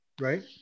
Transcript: right